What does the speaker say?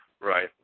Right